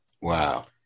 Wow